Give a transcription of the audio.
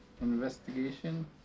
investigation